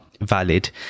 valid